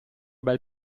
bel